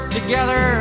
together